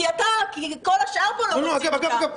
כי כל השאר פה לא רוצים אותם,